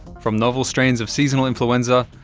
from novel strains of seasonal influenza,